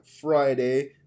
friday